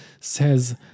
says